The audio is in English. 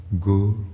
go